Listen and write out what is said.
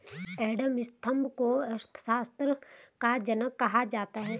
Adam Smith को अर्थशास्त्र का जनक कहा जाता है